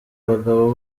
bagabo